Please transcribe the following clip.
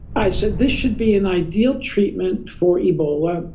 i said, this should be an ideal treatment for ebola,